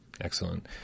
Excellent